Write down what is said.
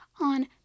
on